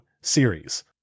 series